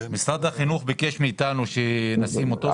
משרד החינוך ביקש מאתנו שנשים אותו בנגב גליל.